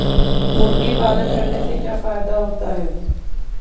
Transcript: मुर्गी पालन करने से क्या फायदा होता है?